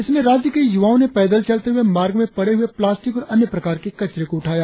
इसमें राज्य के युवाओं ने पैदल चलते हुए मार्ग में पड़े हुए प्लास्टिक और अन्य प्रकार के कचरे को उठाया